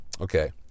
Okay